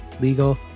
legal